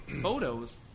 photos